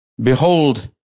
Behold